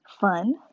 fun